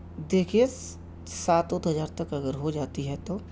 دیکھیے سات وات ہزار تک اگر ہو جاتی ہے تو